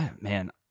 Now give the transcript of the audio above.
Man